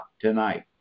tonight